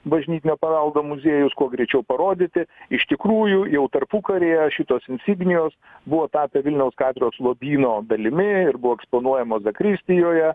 bažnytinio paveldo muziejus kuo greičiau parodyti iš tikrųjų jau tarpukaryje šitos insignijos buvo tapę vilniaus katedros lobyno dalimi ir buvo eksponuojamos zakristijoje